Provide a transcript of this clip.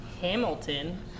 Hamilton